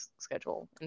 schedule